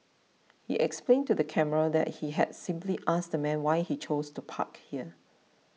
he explained to the camera that he had simply asked the man why he chose to park there